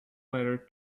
letter